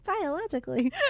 Biologically